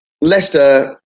Leicester